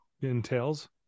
entails